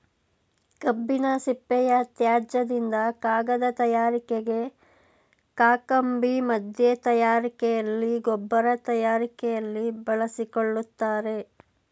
ಕಬ್ಬಿನ ಸಿಪ್ಪೆಯ ತ್ಯಾಜ್ಯದಿಂದ ಕಾಗದ ತಯಾರಿಕೆಗೆ, ಕಾಕಂಬಿ ಮಧ್ಯ ತಯಾರಿಕೆಯಲ್ಲಿ, ಗೊಬ್ಬರ ತಯಾರಿಕೆಯಲ್ಲಿ ಬಳಸಿಕೊಳ್ಳುತ್ತಾರೆ